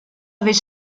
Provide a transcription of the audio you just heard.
avait